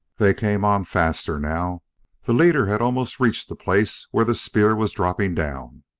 they came on faster now the leader had almost reached the place where the spear was dropping down.